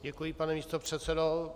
Děkuji, pane místopředsedo.